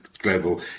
global